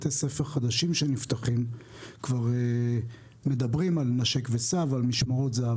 בתי ספר חדשים שנפתחים כבר מדברים על 'נשק וסע' ועל משמרות זה"ב,